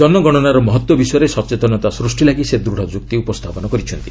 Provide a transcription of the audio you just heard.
ଜନଗଣନାର ମହତ୍ୱ ବିଷୟରେ ସଚେତନତା ସ୍ଚିଷ୍ଟି ଲାଗି ସେ ଦୃଢ଼ ଯୁକ୍ତି ଉପସ୍ଥାପନ କରିଛନ୍ତି